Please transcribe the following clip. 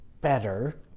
better